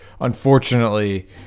unfortunately